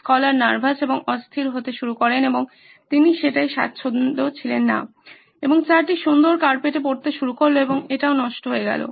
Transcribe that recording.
scholar nervous এবং অস্থির হতে শুরু করেন এবং তিনি সেটায় স্বাচ্ছন্দ্য ছিলেন না এবং চা টি সুন্দর কার্পেটে পড়তে শুরু করে এবং এটাও নষ্ট হয়ে যায়